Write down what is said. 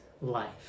life